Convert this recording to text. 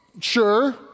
sure